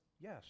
Yes